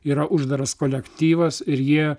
yra uždaras kolektyvas ir jie